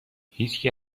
هیچکی